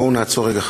בואו נעצור רגע,